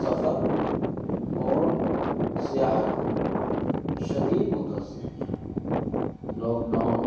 سفر اور سیاحت کو شدید متاثر کیا لاکڈاؤن